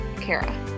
Kara